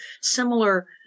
similar